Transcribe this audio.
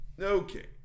okay